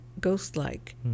ghost-like